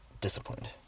disciplined